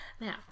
Now